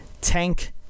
Tank